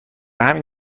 همین